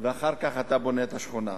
ואחר כך אתה בונה את השכונה.